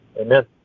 Amen